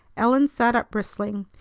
ellen sat up bristling.